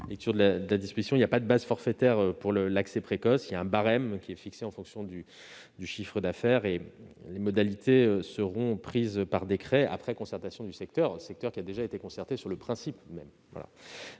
prévoit pas de base forfaitaire pour l'accès précoce : un barème est fixé en fonction du chiffre d'affaires et les modalités seront prises par décret après concertation avec le secteur, lequel a déjà été entendu sur le principe